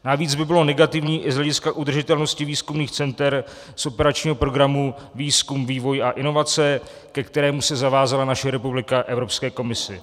Navíc by bylo negativní i z hlediska udržitelnosti výzkumných center z operačního programu Výzkum, vývoj a inovace, ke kterému se zavázala naše republika Evropské komisi.